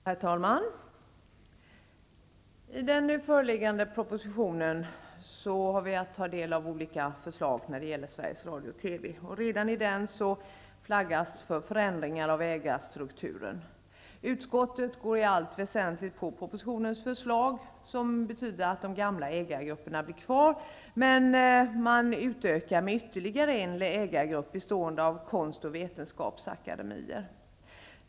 Herr talman! I den nu föreliggande propositionen har vi att ta del av olika förslag när det gäller stället utökas med ytterligare en ägargrupp bestående av konst och vetenskapsakademier.